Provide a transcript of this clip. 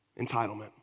Entitlement